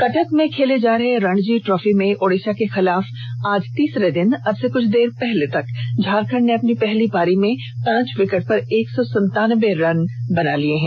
कटक में खेले जा रहे रणजी ट्रॉफी में ओड़िषा के खिलाफ आज तीसरे दिन अब से कुछ देर पहले तक झारखंड ने अपनी पहली पारी में पांच विकेट पर एक सौ संतानबे रन बना लिये हैं